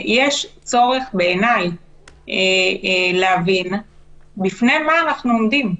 יש צורך להבין בפני מה אנחנו עומדים.